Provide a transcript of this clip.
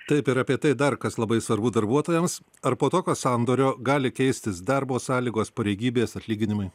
taip ir apie tai dar kas labai svarbu darbuotojams ar po tokio sandorio gali keistis darbo sąlygos pareigybės atlyginimai